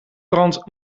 brandt